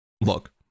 Look